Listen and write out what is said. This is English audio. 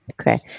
Okay